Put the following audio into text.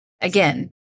Again